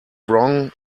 wrong